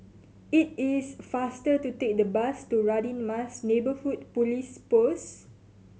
it is faster to take the bus to Radin Mas Neighbourhood Police Post